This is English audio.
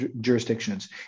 jurisdictions